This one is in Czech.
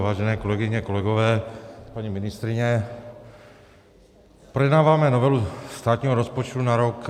Vážené kolegyně, kolegové, paní ministryně, projednáváme novelu státního rozpočtu na rok 2021.